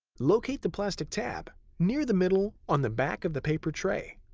locate the plastic tab near the middle on the back of the paper tray.